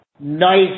nice